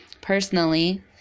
personally